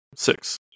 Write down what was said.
Six